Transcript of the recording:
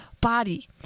Body